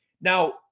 Now